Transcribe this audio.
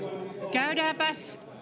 käydäänpäs